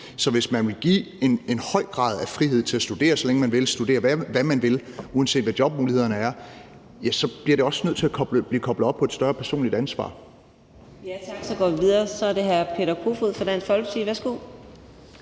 Så hvis man vil give en høj grad af frihed til at studere, så længe man vil, studere, hvad man vil, uanset hvad jobmulighederne er, bliver det også nødt til at blive koblet op på et større personligt ansvar. Kl. 15:18 Fjerde næstformand (Karina Adsbøl): Tak. Så går vi videre, og det er hr. Peter Kofod fra Dansk Folkeparti. Værsgo.